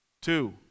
Two